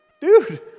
Dude